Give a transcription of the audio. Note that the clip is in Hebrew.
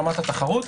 רמת התחרות,